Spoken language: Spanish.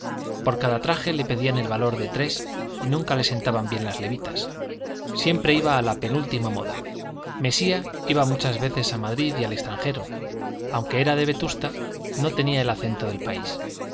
por cada traje le pedían el valor de tres y nunca le sentaban bien las levitas siempre iba a la penúltima moda mesía iba muchas veces a madrid y al extranjero aunque era de vetusta no tenía el acento del país